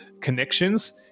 connections